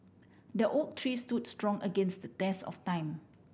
the oak tree stood strong against the test of time